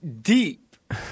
deep